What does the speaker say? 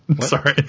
Sorry